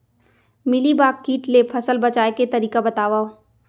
Mealybug किट ले फसल बचाए के तरीका बतावव?